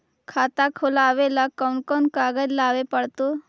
खाता खोलाबे ल कोन कोन कागज लाबे पड़तै?